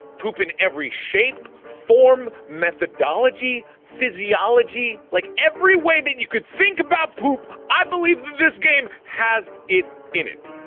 poop in every shape, form, methodology, physiology like, every way that you could think about poop, i believe that this game has it in it.